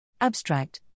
Abstract